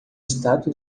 estátua